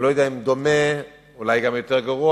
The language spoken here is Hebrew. אני לא יודע אם דומה או אולי גם יותר גרוע,